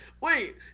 Wait